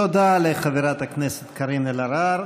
תודה לחברת הכנסת קארין אלהרר.